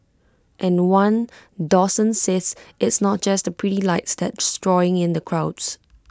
and one docent says it's not just the pretty lights that's drawing in the crowds